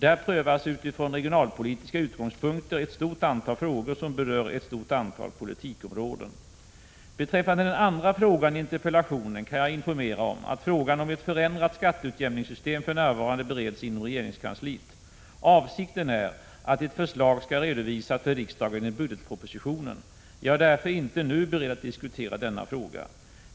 Där prövas utifrån regionalpolitiska utgångspunkter ett stort antal frågor som berör ett stort antal politikområden. Beträffande den andra frågan i interpellationen kan jag informera om att frågan om ett förändrat skatteutjämningssystem för närvarande bereds inom regeringskansliet. Avsikten är att ett förslag skall redovisas för riksdagen i budgetpropositionen. Jag är därför inte nu beredd att diskutera denna fråga.